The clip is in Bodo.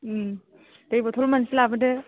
दै बथल मोनसे लाबोदो